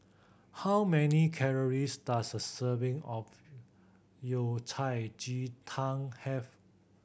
how many calories does a serving of Yao Cai ji tang have